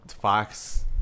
Fox